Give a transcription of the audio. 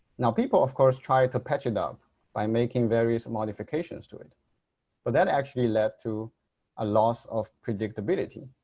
now people of course try to patch it up by making various modifications to it but that actually led to a loss of predictability.